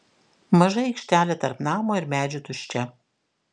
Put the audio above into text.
maža aikštelė tarp namo ir medžių tuščia